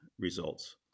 results